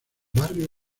barrio